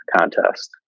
contest